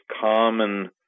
common